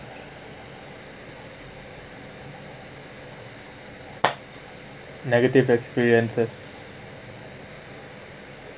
negative experiences